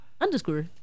underscore